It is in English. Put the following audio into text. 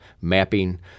mapping